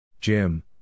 Jim